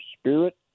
spirit